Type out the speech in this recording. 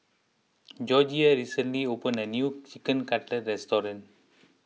Gregoria recently opened a new Chicken Cutlet restaurant